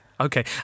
Okay